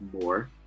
more